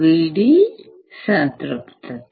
VD సంతృప్తత